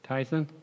Tyson